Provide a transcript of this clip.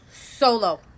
solo